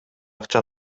акча